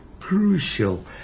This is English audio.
Crucial